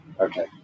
Okay